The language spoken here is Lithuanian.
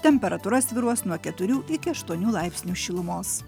temperatūra svyruos nuo keturių iki aštuonių laipsnių šilumos